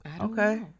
Okay